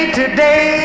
today